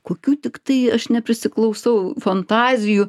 kokių tiktai aš neprisiklausau fantazijų